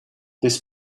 this